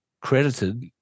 credited